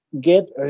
get